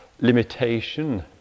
limitation